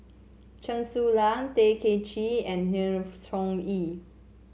Chen Su Lan Tay Kay Chin and Sng Choon Yee